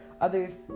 others